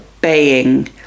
baying